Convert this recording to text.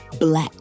Black